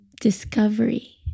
discovery